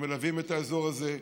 שמלווים את האזור הזה.